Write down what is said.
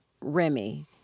Remy